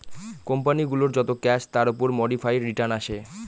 company গুলোর যত cash তার উপর মোডিফাইড রিটার্ন আসে